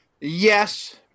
Yes